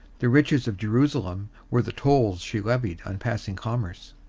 the riches of jerusalem were the tolls she levied on passing commerce.